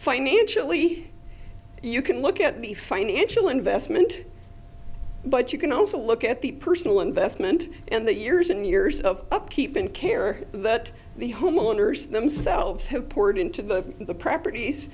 financially you can look at the financial investment but you can also look at the personal investment and the years and years of upkeep in care that the homeowners themselves have poured into the in the properties